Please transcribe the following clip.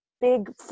big